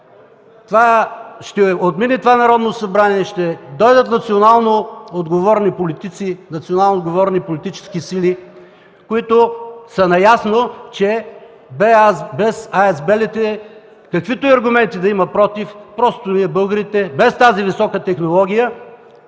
Ще отмине това Народно събрание. Ще дойдат национално отговорни политици, национално отговорни политически сили, които са наясно, че без АЕЦ „Белене”, каквито и аргументи да има против, без тази висока технология